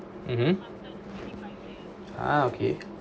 mmhmm ah okay